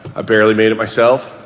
ah barely made it myself.